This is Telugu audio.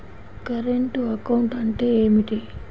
కరెంటు అకౌంట్ అంటే ఏమిటి?